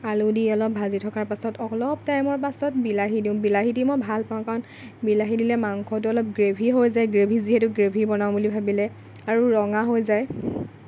আলু দি অলপ ভাজি থকাৰ পাছত অলপ টাইমৰ পাছত বিলাহী দিওঁ বিলাহী দি মই ভাল পাওঁ কাৰণ বিলাহী দিলে মাংসটো অলপ গ্ৰেভী হৈ যায় গ্ৰেভী যিহেতু গ্ৰেভী বনাওঁ বুলি ভাবিলে আৰু ৰঙা হৈ যায়